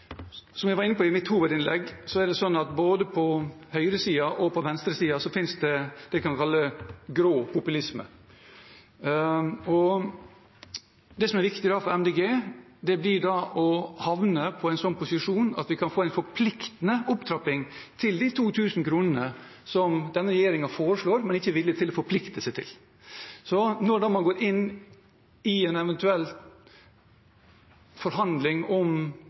Som jeg var inne på i mitt hovedinnlegg, er det sånn at både på høyresiden og på venstresiden finnes det vi kan kalle grå populisme. Det som er viktig for Miljøpartiet De Grønne, blir da å havne i en slik posisjon at vi kan få en forpliktende opptrapping til de 2 000 kronene som denne regjeringen foreslår, men ikke er villig til å forplikte seg til. Når man går inn i en eventuell forhandling om